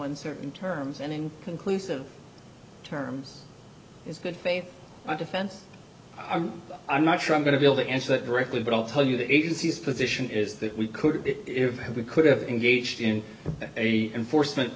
uncertain terms and in conclusive terms it's good faith defense i'm not sure i'm going to be able to answer that directly but i'll tell you the agency's position is that we could if we could have engaged in a enforcement